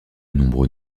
nombreux